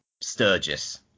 sturgis